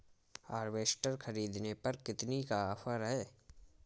Harvester ख़रीदने पर कितनी का ऑफर है?